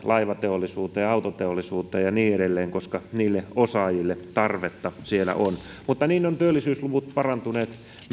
laivateollisuuteen ja autoteollisuuteen ja niin edelleen koska niille osaajille tarvetta siellä on mutta niin ovat työllisyysluvut parantuneet